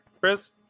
Chris